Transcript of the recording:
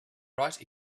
write